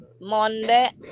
Monday